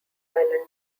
island